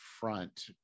front